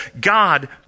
God